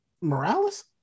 Morales